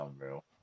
unreal